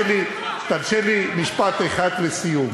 תרשה לי משפט אחד לסיום.